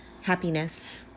happiness